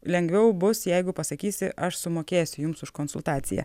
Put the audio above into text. lengviau bus jeigu pasakysi aš sumokėsiu jums už konsultaciją